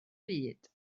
byd